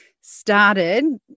started